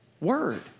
Word